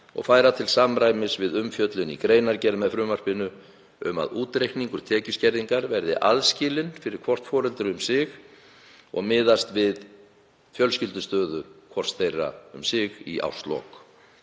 og færa til samræmis við umfjöllun í greinargerð með frumvarpinu um að útreikningur tekjuskerðingar væri aðskilinn fyrir hvort foreldri um sig og miðaðist við fjölskyldustöðu hvors þeirra um sig í árslok.